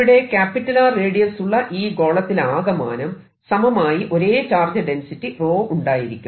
ഇവിടെ R റേഡിയസുള്ള ഈ ഗോളത്തിലാകമാനം സമമായി ഒരേ ചാർജ് ഡെൻസിറ്റി ⍴ ഉണ്ടായിരിക്കും